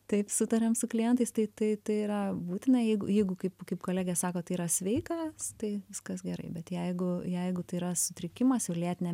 taip sutariam su klientais tai tai tai yra būtina jeigu jeigu kaip kaip kolegė sako tai yra sveika tai viskas gerai bet jeigu jeigu tai yra sutrikimas jau lėtinė